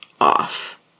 off